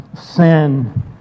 sin